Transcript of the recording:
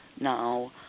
now